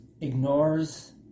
ignores